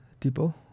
Tipo